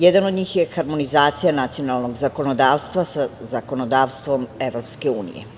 Jedan od njih je harmonizacija nacionalnog zakonodavstva sa zakonodavstvom EU.